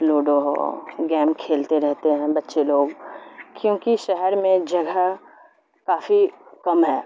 ludo ہو game کھیلتے رہتے ہیں بچے لوگ کیونکہ شہر میں جگہ کافی کم ہے